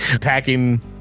packing